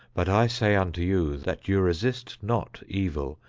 but i say unto you, that ye resist not evil,